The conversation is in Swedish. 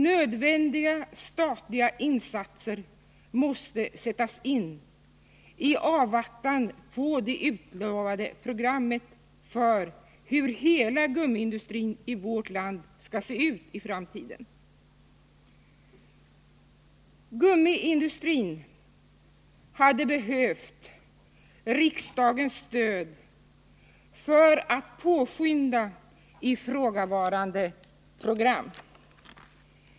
Nödvändiga statliga insatser måste göras i avvaktan på det utlovade programmet för hur hela gummiindustrin i vårt land skall se ut i framtiden. Gummiindustrin hade behövt riksdagens stöd för att påskynda ifrågavarande program.